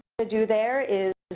to do there is,